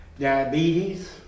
diabetes